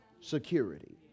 security